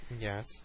Yes